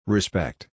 Respect